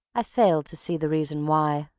i fail to see the reason why.